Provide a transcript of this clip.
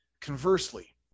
Conversely